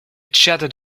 jetted